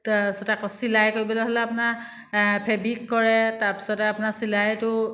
তাৰপিছতে আকৌ চিলাই কৰিবলৈ হ'লে আপোনাৰ ফেব্ৰিক কৰে তাৰপিছতে আপোনাৰ চিলাইটো